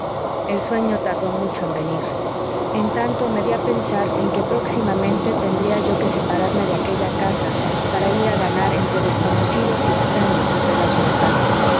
el sueño tardó mucho en venir en tanto me dí a pensar en que próximamente tendría yo que separarme de aquella casa para ir a ganar entre desconocidos y extraños un pedazo de pan